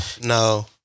No